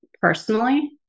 personally